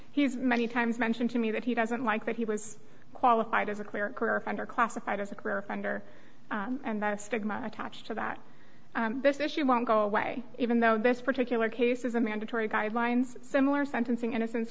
he's many times mentioned to me that he doesn't like that he was qualified as a cleric or under classified as a career offender and that stigma attached to that this issue won't go away even though this particular case is a mandatory guidelines similar sentencing innocence